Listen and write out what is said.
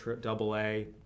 double-A